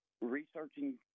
researching